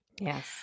Yes